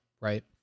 right